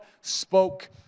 spoke